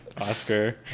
Oscar